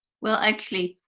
well, actually,